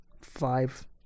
Five